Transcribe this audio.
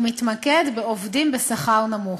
ומתמקד בעובדים בשכר נמוך.